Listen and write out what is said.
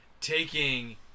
taking